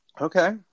okay